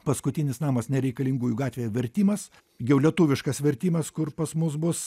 paskutinis namas nereikalingųjų gatvėje vertimas jau lietuviškas vertimas kur pas mus bus